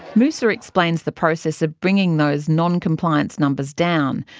musa explains the process of bringing those non-compliance numbers down,